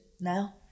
now